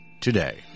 today